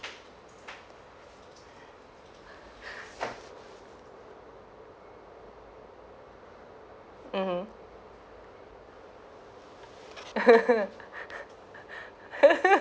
mm